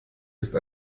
ist